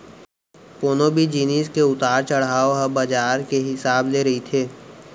कोनो भी जिनिस के उतार चड़हाव ह बजार के हिसाब ले रहिथे